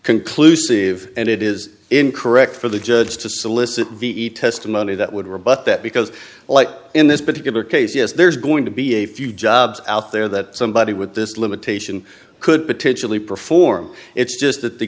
conclusive and it is incorrect for the judge to solicit v e testimony that would rebut that because like in this particular case yes there's going to be a few jobs out there that somebody with this limitation could potentially perform it's just that the